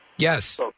Yes